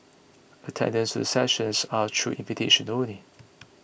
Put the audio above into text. attendance to the sessions are through invitation only